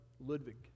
Ludwig